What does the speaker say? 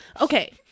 Okay